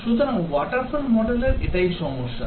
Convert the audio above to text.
সুতরাং waterfall model এর এটাই সমস্যা